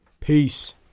Peace